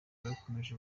bakomeje